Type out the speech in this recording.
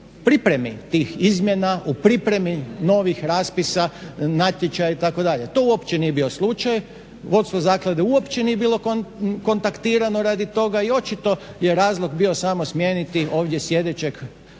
pripremi tih izmjena, u pripremi novih raspisa natječaja itd. To uopće nije bio slučaj, vodstvo zaklade uopće nije bilo kontaktirano radi toga i očito je razlog bio samo smijeniti ovdje sjedećeg